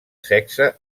sexe